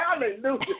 Hallelujah